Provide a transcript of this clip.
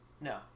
No